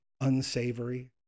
unsavory